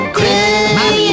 Christmas